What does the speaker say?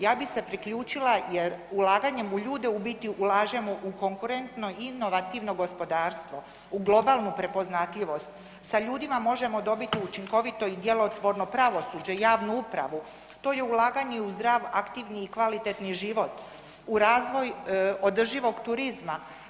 Ja bi se priključila jer ulaganjem u ljude u biti ulažemo u konkurentno i inovativno gospodarstvo, u globalnu prepoznatljivost, sa ljudima možemo dobiti učinkovito i djelotvorno pravosuđe, javnu upravu, to je ulaganje u zdrav, aktivni i kvalitetni život, u razvoj održivog turizma.